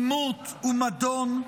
עימות ומדון,